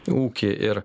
ūkį ir